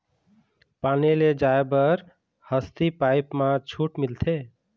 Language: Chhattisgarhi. पानी ले जाय बर हसती पाइप मा छूट मिलथे?